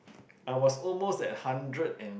I was almost at hundred and